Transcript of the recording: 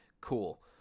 Cool